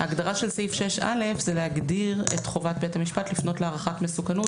ההגדרה של סעיף 6א זה להגדיר את חובת בית המשפט לפנות להערכת מסוכנות.